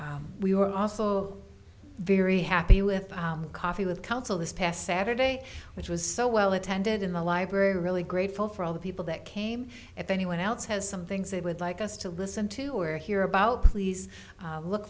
c we were also very happy with the coffee with council this past saturday which was so well attended in the library really grateful for all the people that came at any one else has some things they would like us to listen to or hear about please look